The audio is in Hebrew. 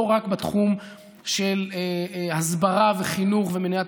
ולא רק בתחום הזה של הסברה וחינוך ומניעת